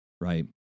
right